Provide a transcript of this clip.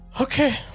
Okay